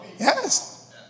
Yes